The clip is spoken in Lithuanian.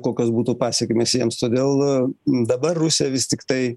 kokios būtų pasekmės jiems todėl dabar rusija vis tiktai